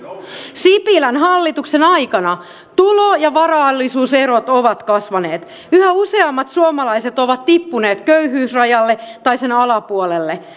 sipilän hallituksen aikana tulo ja varallisuuserot ovat kasvaneet yhä useammat suomalaiset ovat tippuneet köyhyysrajalle tai sen alapuolelle